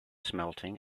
smelting